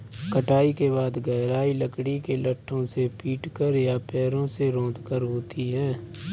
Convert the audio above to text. कटाई के बाद गहराई लकड़ी के लट्ठों से पीटकर या पैरों से रौंदकर होती है